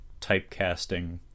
typecasting